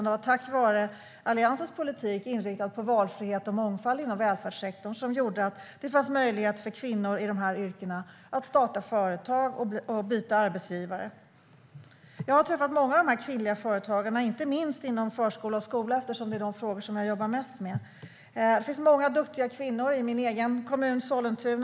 Det var tack vare Alliansens politik, inriktad på valfrihet och mångfald inom välfärdssektorn, som det fanns möjlighet för kvinnor i dessa yrken att starta företag och byta arbetsgivare. Jag har träffat många av de här kvinnliga företagarna, inte minst inom förskola och skola - det är de frågor som jag jobbar mest med. Det finns många duktiga kvinnor i min egen kommun, Sollentuna.